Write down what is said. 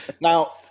Now